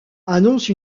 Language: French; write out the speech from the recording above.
annonce